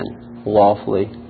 lawfully